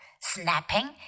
snapping